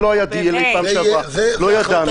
לצערי,